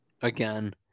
again